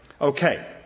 Okay